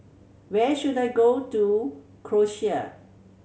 where should I go to Croatia